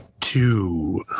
two